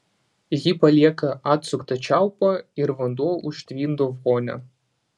ji palieka atsuktą čiaupą ir vanduo užtvindo vonią